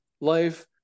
life